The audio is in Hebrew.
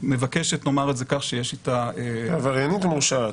במבקשת שיש אתה --- עבריינית מורשעת.